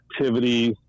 activities